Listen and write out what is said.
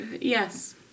Yes